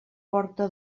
porta